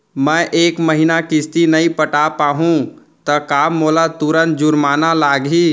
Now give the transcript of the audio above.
मैं ए महीना किस्ती नई पटा पाहू त का मोला तुरंत जुर्माना लागही?